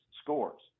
scores